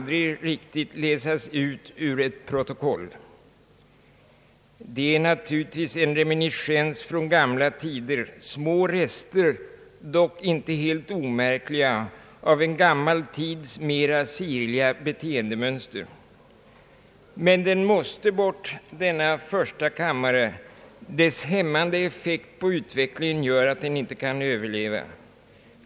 Det är naturligtvis fråga om en reminiscens från gamla tider, små rester — dock inte helt omärkliga — av en gammal tids mera sirliga beteendemönster. Men den måste bort, denna första kammare. Dess hämmande effekt på utvecklingen gör att den inte kan överleva.